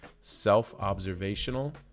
self-observational